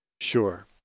Sure